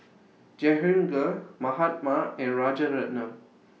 Jehangirr Mahatma and Rajaratnam